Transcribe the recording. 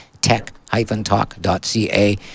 tech-talk.ca